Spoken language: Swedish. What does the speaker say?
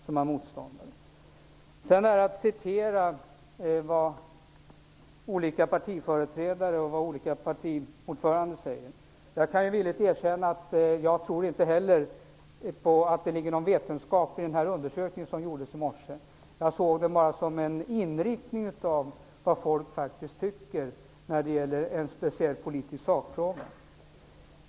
Sedan till detta med att citera vad olika partiföreträdare och partiordförande säger. Jag kan villigt erkänna att inte heller jag tror på att det ligger någon vetenskap i den undersökning som gjordes i morse. Jag såg den som en indikation på vad folk faktiskt tycker i en speciell politisk sakfråga.